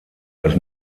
das